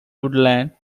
woodland